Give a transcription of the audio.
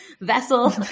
vessel